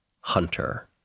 Hunter